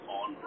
on